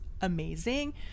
amazing